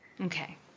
Okay